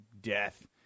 death